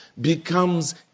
becomes